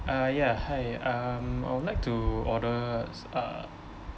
uh ya hi um I would like to order s~ uh